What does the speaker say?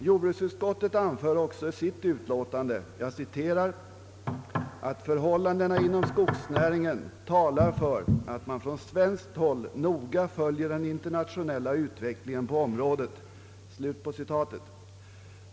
Jordbruksutskottet anför också i sitt utlåtande »att förhållandena inom skogsnäringen talar för att man från svenskt håll noga följer den internationella utvecklingen på området».